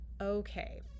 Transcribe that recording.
Okay